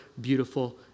beautiful